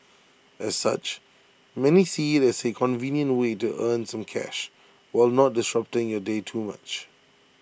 as such many see IT as A convenient way to earn some cash while not disrupting your day too much